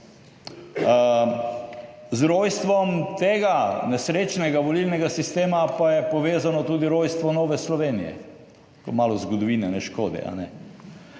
Z rojstvom tega nesrečnega volilnega sistema pa je povezano tudi rojstvo Nove Slovenije, ko malo zgodovine ne škodi. Se